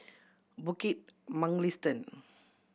Bukit Mugliston